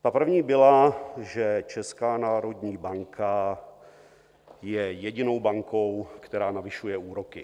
Ta první byla, že Česká národní banka je jedinou bankou, která navyšuje úroky.